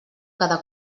cada